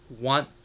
want